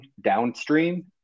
downstream